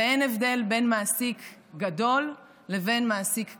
ואין הבדל בין מעסיק גדול לבין מעסיק קטן.